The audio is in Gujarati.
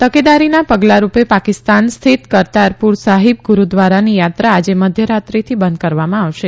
તકેદારીના પગલા રૂપે પાકિસ્તાન સ્થિત કરતારપુર સાહિબ ગુડુદ્વારાની યાત્રા આજે મધ્યરાત્રિથી બંધ કરવામાં આવશે